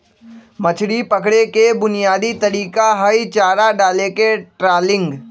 मछरी पकड़े के बुनयादी तरीका हई चारा डालके ट्रॉलिंग